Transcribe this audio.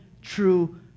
true